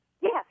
Yes